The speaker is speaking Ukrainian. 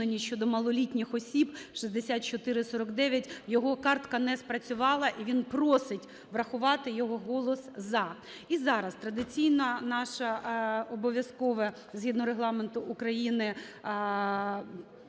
щодо малолітніх осіб (6449) його картка не спрацювала, і він просить врахувати його голос "за". І зараз традиційне наше обов'язкове, згідно Регламенту України,